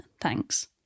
Thanks